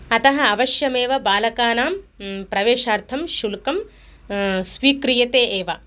अतः अवश्यमेव बालकानां प्रवेशार्थं शुल्कं स्वीक्रियते एव